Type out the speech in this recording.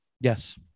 Yes